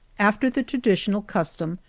after the traditional custom,